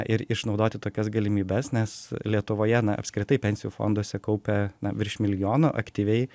ir išnaudoti tokias galimybes nes lietuvoje na apskritai pensijų fonduose kaupia na virš milijono aktyviai